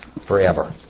forever